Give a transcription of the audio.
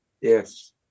Yes